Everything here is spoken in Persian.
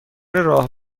راه